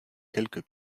quelques